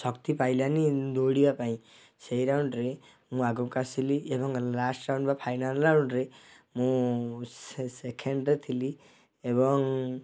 ଶକ୍ତି ପାଇଲାନି ଦୌଡ଼ିବା ପାଇଁ ସେଇ ରାଉଣ୍ଡରେ ମୁଁ ଆଗକୁ ଆସିଲି ଏବଂ ଲାଷ୍ଟ୍ ରାଉଣ୍ଡ ବା ଫାଇନାଲ୍ ରାଉଣ୍ଡରେ ମୁଁ ସେ ସେକେଣ୍ଡରେ ଥିଲି ଏବଂ